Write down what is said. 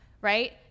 right